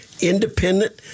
independent